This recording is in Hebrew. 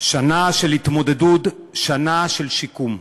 שנה של התמודדות, שנה של שיקום.